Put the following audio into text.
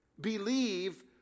believe